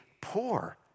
poor